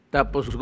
Tapos